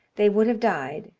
they would have died,